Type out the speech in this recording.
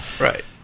Right